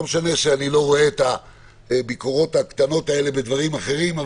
לא משנה שאני לא רואה את הביקורות הקטנות האלה בדברים אחרים,